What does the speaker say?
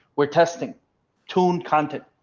we're testing tuned content.